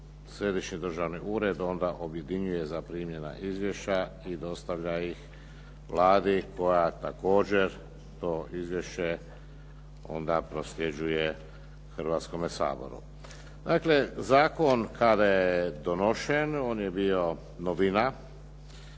Središnji državni ured onda objedinjuje zaprimljena izvješća i dostavlja ih Vladi koja također to izvješće onda prosljeđuje Hrvatskome saboru. Dakle, zakon kada je donošen, on je bio novina,